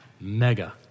mega